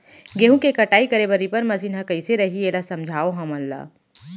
गेहूँ के कटाई करे बर रीपर मशीन ह कइसे रही, एला समझाओ हमन ल?